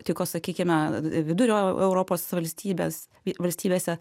tiko sakykime į vidurio europos valstybes valstybėse